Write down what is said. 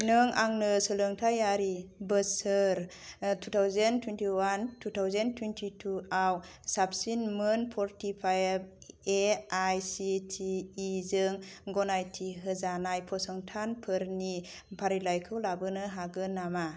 नों आंनो सोलोंथायारि बोसोर two thousand twenty one two thousand twenty two आव साबसिन मोन forty five A I C T E जों गनायथि होजानाय फसंथानफोरनि फारिलाइखौ लाबोनो हागोन नामा